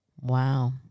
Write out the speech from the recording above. Wow